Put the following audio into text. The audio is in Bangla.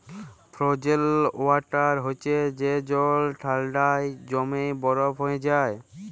ফ্রজেল ওয়াটার হছে যে জল ঠাল্ডায় জইমে বরফ হঁয়ে যায়